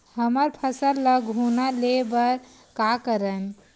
हमर फसल ल घुना ले बर का करन?